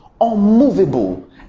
unmovable